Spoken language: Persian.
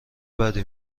بدی